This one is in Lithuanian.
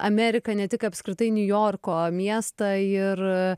ameriką ne tik apskritai niujorko miestą ir